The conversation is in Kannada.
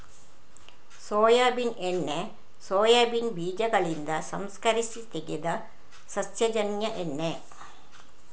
ಸೋಯಾಬೀನ್ ಎಣ್ಣೆ ಸೋಯಾಬೀನ್ ಬೀಜಗಳಿಂದ ಸಂಸ್ಕರಿಸಿ ತೆಗೆದ ಸಸ್ಯಜನ್ಯ ಎಣ್ಣೆ